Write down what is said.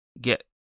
get